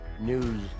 news